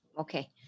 Okay